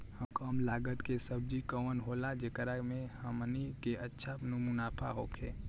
कम लागत के सब्जी कवन होला जेकरा में हमनी के अच्छा मुनाफा होखे?